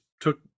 took